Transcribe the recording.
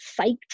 psyched